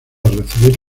recibir